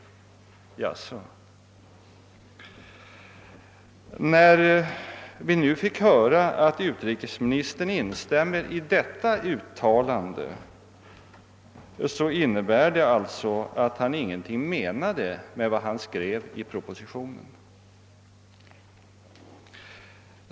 När vi nu fick höra att utrikesministern instämmer i detta uttalande, så innebär det alltså att han ingenting menat med vad han skrev i propositionen.